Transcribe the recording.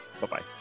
bye-bye